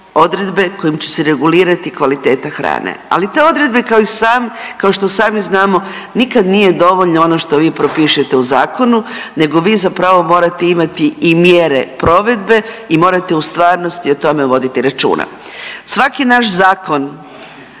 odredbe kojima će se regulirati kvaliteta hrane. Ali te odredbe kao i sam, kao što sami znamo nikad nije dovoljno ono što vi propišete u zakonu, nego vi zapravo morate imati i mjere provedbe i morate u stvarnosti o tome voditi računa. Svaki naš zakon